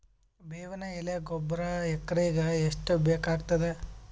ಬೇವಿನ ಎಲೆ ಗೊಬರಾ ಎಕರೆಗ್ ಎಷ್ಟು ಬೇಕಗತಾದ?